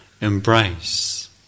embrace